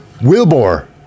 Wilbur